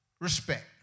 Respect